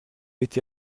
été